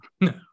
No